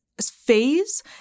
phase